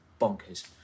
bonkers